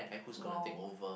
!wow!